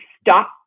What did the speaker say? stop